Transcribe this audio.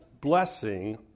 blessing